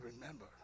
remember